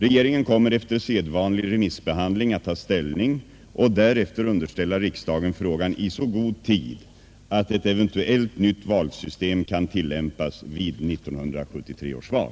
Regeringen kommer, efter sedvanlig remissbehandling, att ta ställning och därefter underställa riksdagen frågan i så god tid att ett eventuellt nytt valsystem kan tillämpas vid 1973 års val.